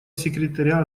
секретаря